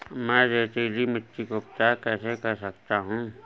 मैं रेतीली मिट्टी का उपचार कैसे कर सकता हूँ?